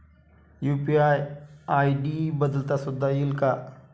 UPI ID बदलता सुद्धा येईल का?